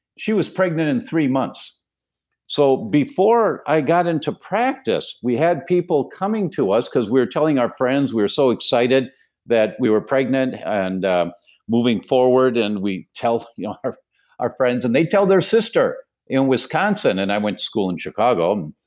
she was pregnant in three months so before i got into practice, we had people coming to us, because we're telling our friends. we're so excited that we were pregnant, and moving forward, and we tell ah our our friends, and they'd tell their sister in wisconsin, and i went to school in chicago.